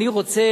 אני רוצה,